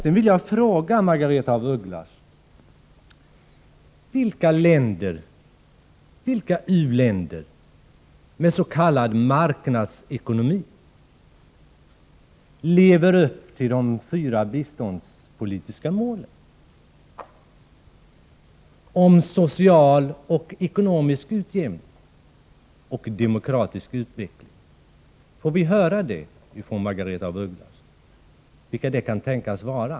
Jag vill fråga Margaretha af Ugglas: Vilka u-länder med s.k. marknadsekonomi lever upp till de biståndspolitiska målen social och ekonomisk utjämning och demokratisk utveckling? Får vi veta av Margaretha af Ugglas vilka det kan tänkas vara?